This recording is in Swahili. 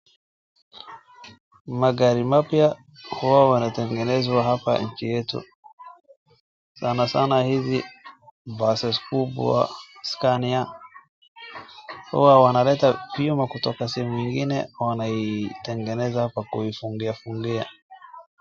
Magari mapya huwa wanatengenezwa hapa nchi yetu. Sana sana hizi buses kubwa, Scania huwa wanaleta vyuma kutoka sehemu nyingine wanaitengeneza kwa kuifungiafungia.